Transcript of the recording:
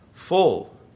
full